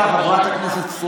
אני קורא אותך לסדר פעם,